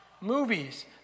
movies